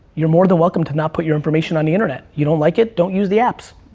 you're more than welcome to not put your information on the internet, you don't like it, don't use the apps.